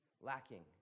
lacking